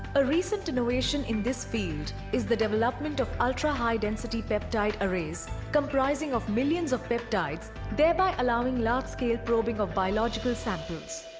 a recent innovation in this field is the development of ultra high density peptide arrays comprising of millions of peptides. thereby allowing large scale probing of biological samples.